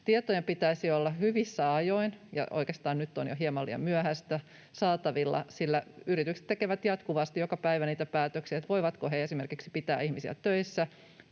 Tietojen pitäisi olla hyvissä ajoin saatavilla — oikeastaan nyt on jo hieman liian myöhäistä — sillä yritykset tekevät jatkuvasti, joka päivä päätöksiä siitä, voivatko he esimerkiksi pitää ihmisiä töissä,